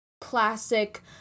classic